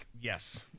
Yes